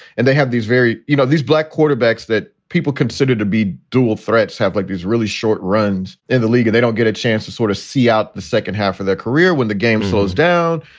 and they have these very you know, these black quarterbacks that people consider to be dual threats have like these really short runs in the league. they don't get a chance to sort of see out the second half of their career when the game slows down.